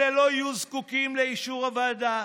ואלה לא יהיו זקוקים לאישור הוועדה.